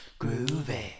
groovy